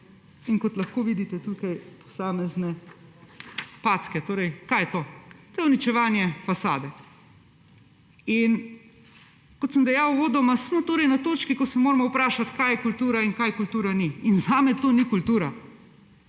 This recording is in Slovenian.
Kot lahko vidite, so tukaj posamezne packe. Kaj je to? To je uničevanje fasade. Kot sem dejal uvodoma, smo na točki, ko se moramo vprašati, kaj je kultura in kaj kultura ni. Zame to ni kultura.